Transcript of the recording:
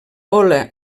hola